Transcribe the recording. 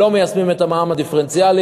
לא מיישמים את המע"מ הדיפרנציאלי,